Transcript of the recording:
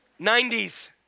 90s